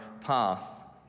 path